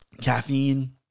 caffeine